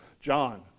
John